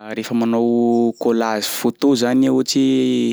Rehefa manao collage photo zany iha ohatry